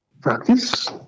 practice